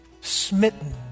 smitten